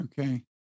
Okay